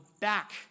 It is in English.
back